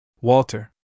Walter